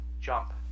jump